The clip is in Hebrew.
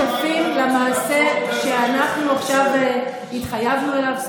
ואתם תהיו שותפים למעשה שאנחנו עכשיו התחייבנו אליו.